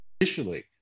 initially